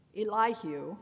Elihu